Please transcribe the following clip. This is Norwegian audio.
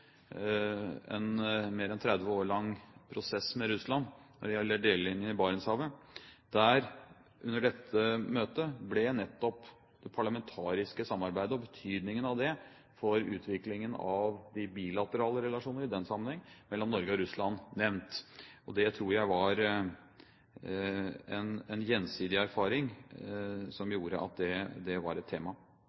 en mer enn 30 år lang prosess med Russland når det gjelder delelinjen i Barentshavet. Under dette møtet ble nettopp det parlamentariske samarbeidet og betydningen av det for utviklingen av – i den sammenheng – de bilaterale relasjoner mellom Norge og Russland nevnt. Jeg tror det var en gjensidig erfaring som gjorde at det var et tema.